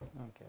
Okay